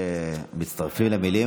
מצטרפים למילים.